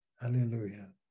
hallelujah